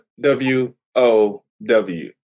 W-O-W